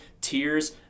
Tears